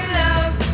love